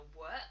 work